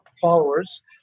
followers